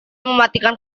mematikan